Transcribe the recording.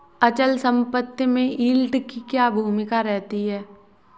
अचल संपत्ति में यील्ड की क्या भूमिका रहती है?